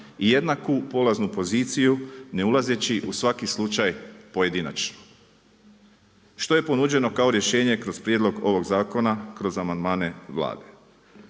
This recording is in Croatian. i jednaku polaznu poziciju ne ulazeći u svaki slučaj pojedinačno. Što je ponuđeno kao rješenje kroz prijedlog ovog zakona, kroz amandmane Vlade.